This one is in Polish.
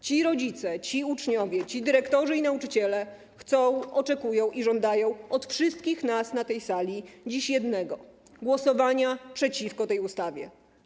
Ci rodzice, ci uczniowie, ci dyrektorzy i nauczyciele chcą, oczekują i żądają od wszystkich nas na tej sali dziś jednego: głosowania przeciwko tej ustawie.